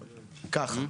ככה,